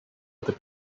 other